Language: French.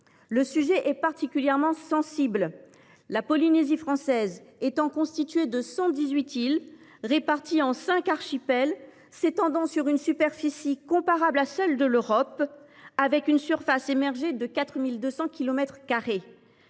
Le sujet est particulièrement sensible, la Polynésie française étant constituée de 118 îles, réparties en cinq archipels, s’étendant sur une superficie comparable à celle de l’Europe, avec une surface émergée de 4 200